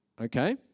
Okay